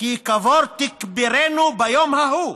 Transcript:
כי קבור תקברנו ביום ההוא".